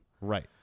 Right